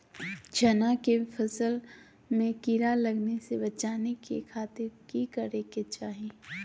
चना की फसल में कीड़ा लगने से बचाने के खातिर की करे के चाही?